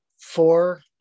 four